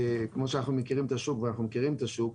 כמו שאנחנו מכירים את השוק ואנחנו מכירים את השוק,